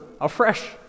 afresh